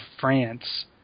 France